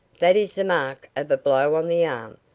that is the mark of a blow on the arm.